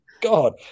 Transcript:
God